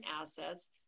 assets